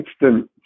instant